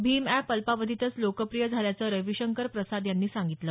Bhim app अल्पावधीतच लोकप्रिय झाल्याचं रविशंकर प्रसाद यांनी सांगितलं